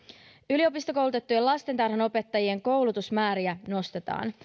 yliopistokoulutettujen lastentarhanopettajien koulutusmääriä nostetaan